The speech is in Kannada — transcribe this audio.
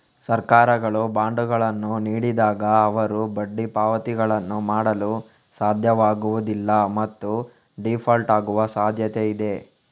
ಸರ್ಕಾರಗಳು ಬಾಂಡುಗಳನ್ನು ನೀಡಿದಾಗ, ಅವರು ಬಡ್ಡಿ ಪಾವತಿಗಳನ್ನು ಮಾಡಲು ಸಾಧ್ಯವಾಗುವುದಿಲ್ಲ ಮತ್ತು ಡೀಫಾಲ್ಟ್ ಆಗುವ ಸಾಧ್ಯತೆಯಿದೆ